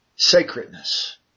Sacredness